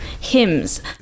hymns